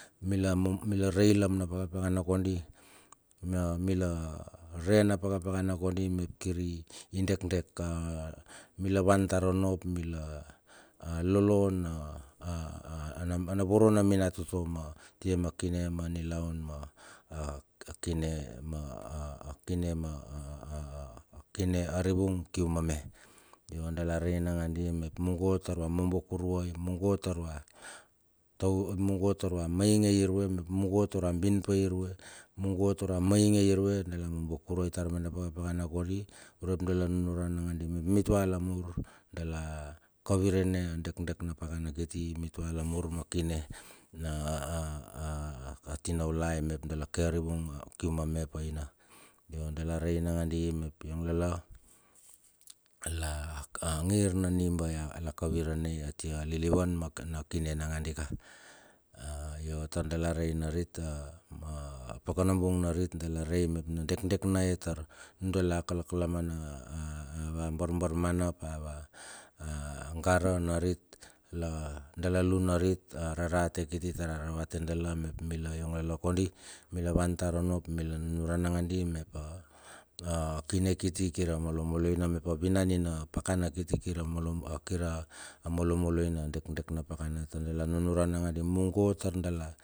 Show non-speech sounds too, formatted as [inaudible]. Mila mo mila re ialam na dakapakana kondi na mila re na dakapakana kondi mep kiri dekdek a mila wan tar onno ap mila lolo na a a na voro na minatoto ma, tia ma kine manilaun ma a a kine [hesitation] akine ma [hesitation] kina arivung kium ame. Yo dala rei nangandi med mungo tar va mambo kurai, mungo tar va taur, mungo tar va mainge i irue, mep mungo taur va bin pairue, mungo tar va mainge irue dala mombo kurai tar mena pakapakana kondi urep dala nunuran nangandi mep mitua lamur dala kavirane a dekdek na pakana kiti mitua lamur ma kine na [hesitation] atinaulai med dala ka arivung kium a me ap a ina. Yo dala rei nangandi mep yong lala, [noise] la a angir na nimba ya, la kavirane atia lilivan ma na akine nagandika. Yo tar dala rei narit a ma a pakanabung narit dala rei mep na dekdek na he tar nudala a kalakalamana a a ava barbarmana ap ava a a gara narit la, dala lun narit a rarate kiti tararavate dala mep mila yonglala kondi mila van tar onno ap mila nunuran nagandi, mep a a kine kiti kir a malolo ina, mep a winanina pakana kiti kir a malolo a dekdek na pakana tar dala nunuran nagandi mungo tar dala.